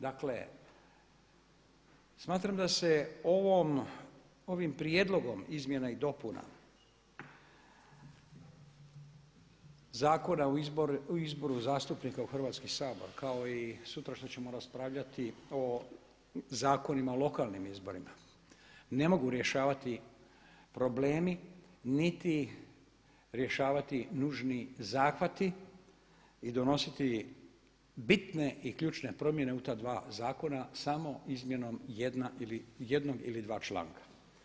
Dakle, smatram da se ovim prijedlogom izmjena i dopuna Zakona o izboru zastupnika u Hrvatski sabor kao i sutra što ćemo raspravljati o zakonima o lokalnim izborima ne mogu rješavati problemi niti rješavati nužni zahvati i donositi bitne i ključne promjene u ta dva zakona samo izmjenom jednog ili dva članka.